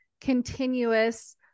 continuous